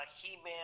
He-Man